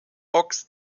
box